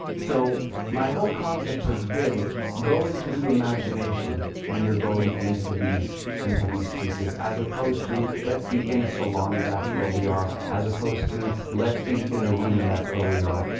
so my whole concept has been go into the imagination when you're going into these into these pieces. as opposed to, let's be in a salon. and that's where we are. as opposed to, let's be in a room. and that's where we are.